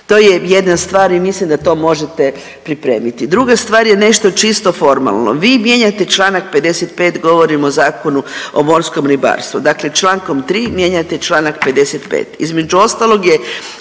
To je jedna stvar i mislim da to možete pripremiti. Druga stvar je nešto čisto formalno. Vi mijenjate Članak 55., govorim o Zakonu o morskom ribarstvu. Dakle, Člankom 3. mijenjate Članak 55., između ostalog je